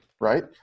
right